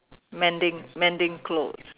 mending mending clothes